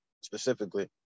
specifically